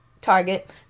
Target